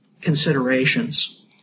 considerations